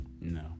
no